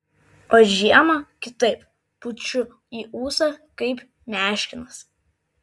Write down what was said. o žiemą kitaip pučiu į ūsą kaip meškinas